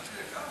עד כדי כך?